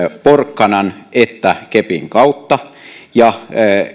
porkkanan että kepin kautta ja